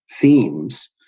themes